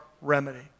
remedy